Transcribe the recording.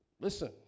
Listen